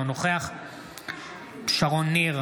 אינו נוכח שרון ניר,